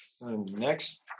Next